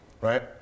right